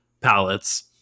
palettes